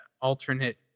alternate